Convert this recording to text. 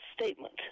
statement